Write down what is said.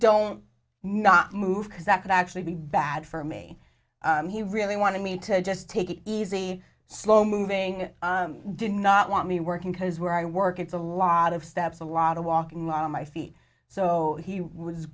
don't not move because that could actually be bad for me he really wanted me to just take it easy slow moving did not want me working because where i work it's a lot of steps a lot of walking mom my feet so he was